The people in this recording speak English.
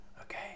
Okay